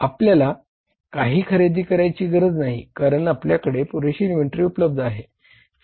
आपल्याला काहीही खरेदी करायची गरज नाही कारण आपल्याकडे पुरेशी इन्व्हेंटरी उपलब्ध आहे